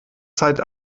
zeit